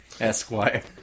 Esquire